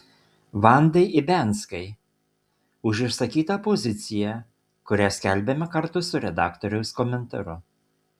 vandai ibianskai už išsakytą poziciją kurią skelbiame kartu su redaktoriaus komentaru